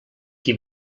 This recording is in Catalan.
qui